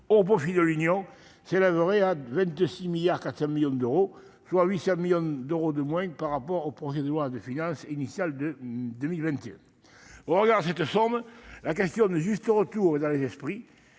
au profit de l'Union s'élèverait à 26,4 milliards d'euros, soit 800 millions d'euros de moins qu'en loi de finances initiale pour 2021. Au regard de cette somme, la question du juste retour est dans les esprits